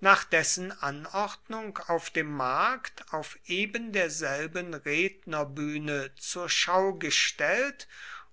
nach dessen anordnung auf dem markt auf ebenderselben rednerbühne zur schau gestellt